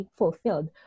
fulfilled